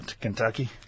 Kentucky